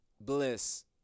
bliss